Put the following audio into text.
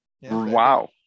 wow